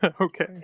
Okay